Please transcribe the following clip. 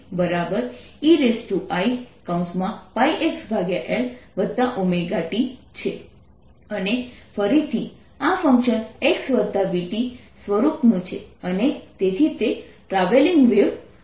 eiπxLeiωt ei πxLωt અને ફરીથી આ ફંક્શન xvt સ્વરૂપનું છે અને તેથી તે ટ્રાવેલિંગ વેવ રજૂ કરે છે